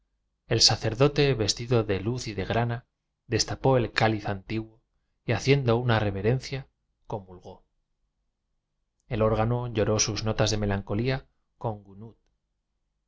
el sacerdote vestido de luz y de grana destapó el cáliz antiguo y ha ciendo una reverencia comulgó el ór gano lloró sus notas de melancolía con